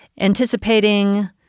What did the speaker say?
anticipating